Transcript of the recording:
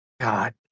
God